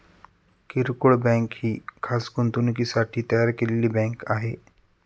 किरकोळ बँक ही खास गुंतवणुकीसाठी तयार केलेली बँक आहे